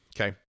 Okay